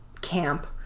camp